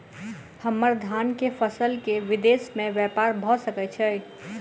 हम्मर धान केँ फसल केँ विदेश मे ब्यपार भऽ सकै छै?